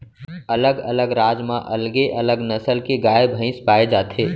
अलग अलग राज म अलगे अलग नसल के गाय भईंस पाए जाथे